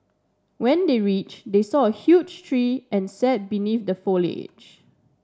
when they reach they saw a huge tree and sat beneath the foliage